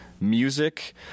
music